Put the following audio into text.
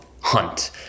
hunt